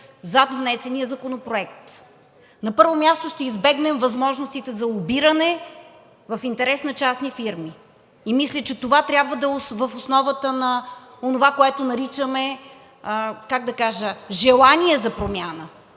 зад внесения законопроект. На първо място, ще избегнем възможностите за лобиране в интерес на частни фирми и мисля, че това трябва да е в основата на онова, което наричаме желание за промяна.